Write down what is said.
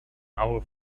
our